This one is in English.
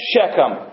Shechem